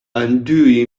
undue